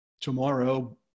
tomorrow